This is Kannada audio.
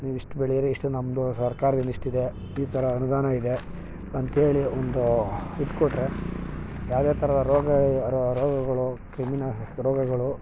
ನೀವಿಷ್ಟು ಬೆಳೀರಿ ಇಷ್ಟು ನಮ್ಮದು ಸರ್ಕಾರದಿಂದ ಇಷ್ಟಿದೆ ಈ ಥರ ಅನುದಾನ ಇದೆ ಅಂಥೇಳಿ ಒಂದು ಇದ್ಕೊಟ್ಟರೆ ಯಾವ ಯಾವ ಥರ ರೋಗ ರೋಗಗಳು ಕ್ರಿಮಿನಾ ರೋಗಗಳು